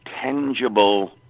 tangible